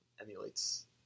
emulates